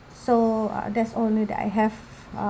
so uh that's all only that I have uh